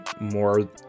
more